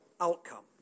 outcome